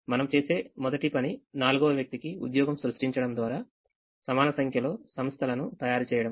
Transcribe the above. మనము చేసే మొదటి పనినాలుగవ వ్యక్తికి ఉద్యోగం సృష్టించడం ద్వారా సమాన సంఖ్యలో సంస్థలను తయారు చేయడం